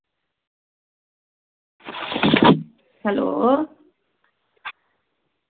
hello